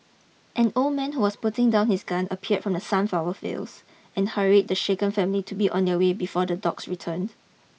an old man who was putting down his gun appeared from the sunflower fields and hurried the shaken family to be on their way before the dogs returned